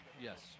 Yes